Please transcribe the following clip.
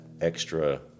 extra